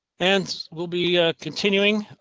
and we'll be ah continuing,